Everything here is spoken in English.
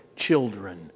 Children